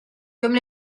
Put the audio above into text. comme